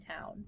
town